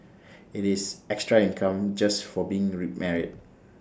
IT is extra income just for being remarried